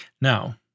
Now